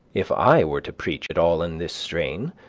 if i were to preach at all in this strain,